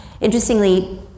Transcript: Interestingly